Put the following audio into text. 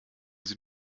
sie